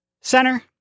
center